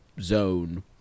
zone